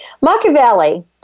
Machiavelli